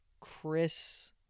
Chris